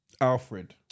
Alfred